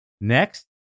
next